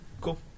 Cool